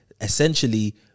essentially